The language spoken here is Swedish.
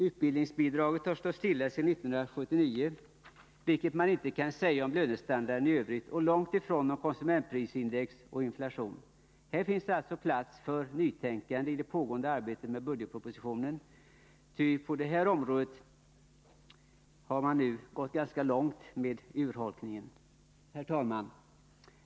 Utbildningsbidraget har stått stilla sedan 1979, vilket man inte kan säga om lönestandarden i övrigt och långt ifrån om konsumentprisindex och inflation. Här finns alltså plats för nytänkande i det pågående arbetet med budgetpropositionen. På det här området har urholkningen nu gått ganska långt. Herr talman!